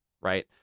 right